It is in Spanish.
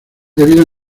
debido